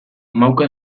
mauka